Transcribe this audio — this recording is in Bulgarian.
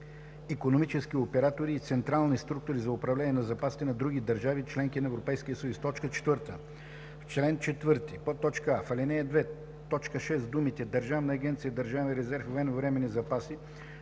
икономически оператори и централни структури за управление на запасите на други държави – членки на Европейския съюз.“ 4. В чл. 4: а) в ал. 2, т. 6 думите „Държавна агенция „Държавен резерв и военновременни запаси“